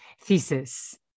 thesis